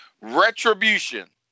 Retribution